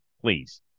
Please